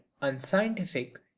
unscientific